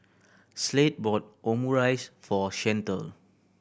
Slade bought Omurice for Shantell